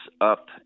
up